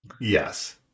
Yes